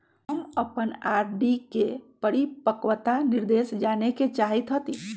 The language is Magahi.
हम अपन आर.डी के परिपक्वता निर्देश जाने के चाहईत हती